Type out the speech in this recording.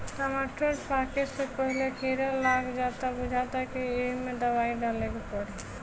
टमाटर पाके से पहिले कीड़ा लाग जाता बुझाता कि ऐइमे दवाई डाले के पड़ी